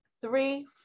Three